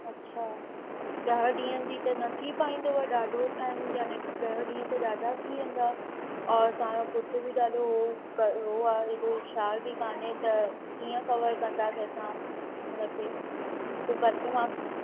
अच्छा ॾह ॾींहं जी न थी पाईंदुव ॾाढो टाइम यानी ॾह ॾींहं त ॾाढा थी वेंदा और तव्हांजो पुटु बि ॾाढो कमज़ोर आहे हेॾो हुशियारु बि कान्हे त कीअं कवर कंदासीं असां हुन खे पोइ घटि माकस